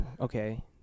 okay